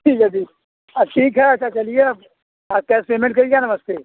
ठीक है ठीक ठीक है अच्छा चलिए अब हाँ कैस पेमेंट करिएगा नमस्ते